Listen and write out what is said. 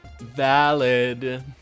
Valid